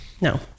No